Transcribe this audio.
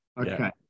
okay